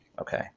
Okay